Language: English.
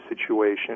situation